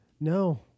No